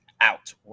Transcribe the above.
out